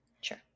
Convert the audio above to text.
Sure